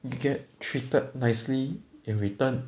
you get treated nicely in return